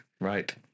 Right